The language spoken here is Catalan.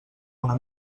una